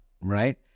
right